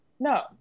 No